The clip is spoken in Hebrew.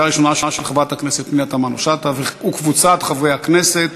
של חברת הכנסת פנינה תמנו-שטה וקבוצת חברי הכנסת.